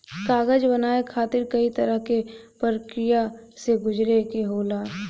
कागज बनाये खातिर कई तरह क परकिया से गुजरे के होला